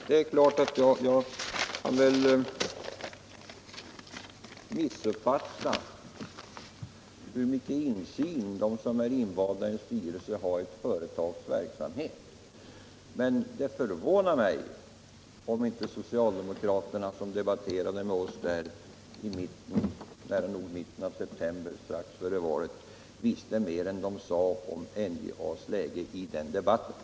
Det är klart att jag väl kan missuppfatta hur mycket inslyn de som är invalda i en styrelse har i företagets verksamhet, men det skulle förvåna mig om de socialdemokrater som debatterade med oss där uppe nära nog i mitten av september, strax före valet, inte visste mer än de sade om NJA:s läge vid det tillfället.